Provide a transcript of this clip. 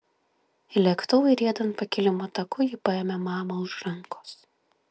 lėktuvui riedant pakilimo taku ji paėmė mamą už rankos